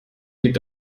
liegt